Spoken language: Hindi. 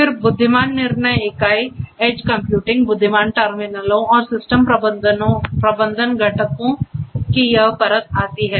फिर बुद्धिमान निर्णय इकाई एड्ज कंप्यूटिंग बुद्धिमान टर्मिनलों और सिस्टम प्रबंधन घटकों की यह परत आती है